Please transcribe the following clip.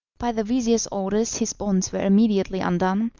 by the vizir's orders his bonds were immediately undone,